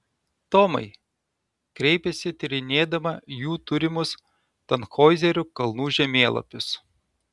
tomai kreipėsi tyrinėdama jų turimus tanhoizerio kalnų žemėlapius